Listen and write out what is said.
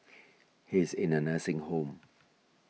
he is in a nursing home